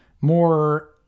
more